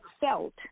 felt